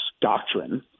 doctrine